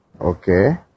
Okay